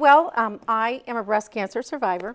well i am a breast cancer survivor